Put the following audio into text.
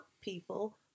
people